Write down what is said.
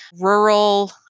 rural